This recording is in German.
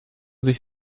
sich